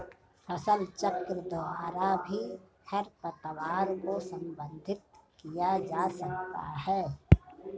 फसलचक्र द्वारा भी खरपतवार को प्रबंधित किया जा सकता है